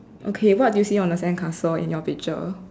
okay what do you see on the sandcastle in your picture